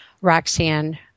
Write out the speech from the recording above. Roxanne